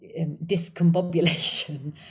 discombobulation